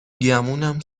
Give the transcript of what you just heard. گمونم